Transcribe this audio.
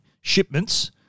shipments